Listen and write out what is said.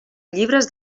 llibres